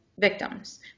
victims